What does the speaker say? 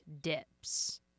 dips